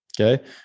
Okay